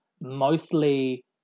mostly